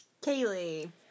Kaylee